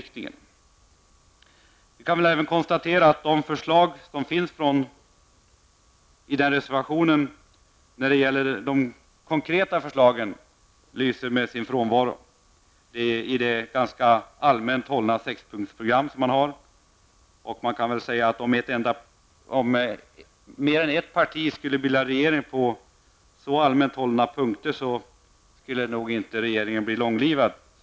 Beträffande moderaternas och folkpartiets reservation kan vi konstatera att de konkreta förslagen från dessa partier lyser med sin frånvaro i det ganska allmänt hållna sexpunktsprogrammet. Om mer än ett parti skulle bilda regering på så allmänt hållna punkter skulle den regeringen nog inte bli långlivad.